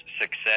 success